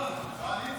שכר